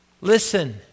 Listen